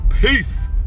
Peace